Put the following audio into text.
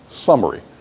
summary